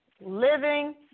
living